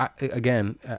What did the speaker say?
again